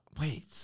Wait